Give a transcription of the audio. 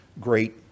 great